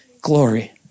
glory